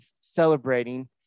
celebrating